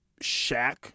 Shaq